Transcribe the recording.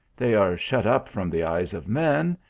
they are shut up from the eyes of men,